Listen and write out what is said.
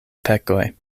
pekoj